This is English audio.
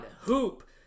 Hoop